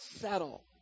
settle